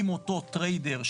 אם אותו טריידר,